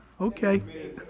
okay